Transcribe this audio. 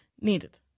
needed